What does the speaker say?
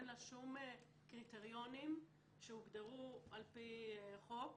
אין לה שום קריטריונים שהוגדרו על פי חוק.